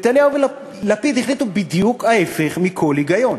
נתניהו ולפיד החליטו בדיוק להפך מכל היגיון.